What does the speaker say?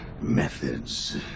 methods